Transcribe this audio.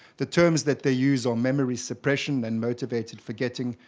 the terms that they use are memory suppression and motivated forgetting,